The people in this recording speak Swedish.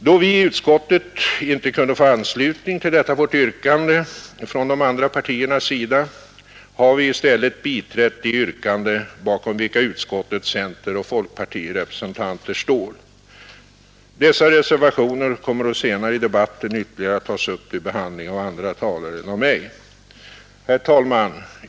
Då vi i utskottet inte kunde få anslutning till detta vårt yrkande från de andra partiernas sida har vi i stället biträtt de yrkanden, bakom vilka utskottets centeroch folkpartirepresentanter står. Dessa reservationer kommer senare i debatten att tas upp till ytterligare behandling av andra talare än av mig. Herr talman!